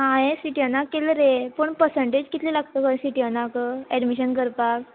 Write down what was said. आं हांवें सिटीनाक केल्ले रे पूण पर्संटेज कितले लागत खंय सिटीनाक एडमिशन करपाक